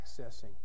accessing